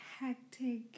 hectic